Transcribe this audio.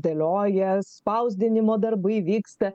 dėlioja spausdinimo darbai vyksta